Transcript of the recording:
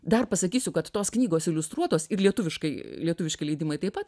dar pasakysiu kad tos knygos iliustruotos ir lietuviškai lietuviški leidimai taip pat